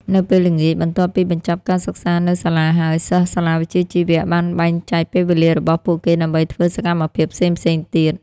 នៅពេលល្ងាច បន្ទាប់ពីបញ្ចប់ការសិក្សានៅសាលាហើយ សិស្សសាលាវិជ្ជាជីវៈបានបែងចែកពេលវេលារបស់ពួកគេដើម្បីធ្វើសកម្មភាពផ្សេងៗទៀត។